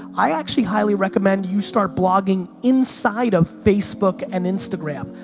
i actually highly recommend you start blogging inside of facebook and instagram.